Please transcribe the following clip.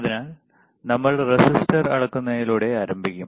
അതിനാൽ നമ്മൾ റെസിസ്റ്റർ അളക്കുന്നതിലൂടെ ആരംഭിക്കും